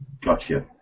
Gotcha